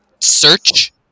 search